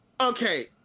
okay